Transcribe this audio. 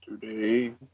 today